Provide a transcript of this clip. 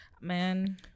Man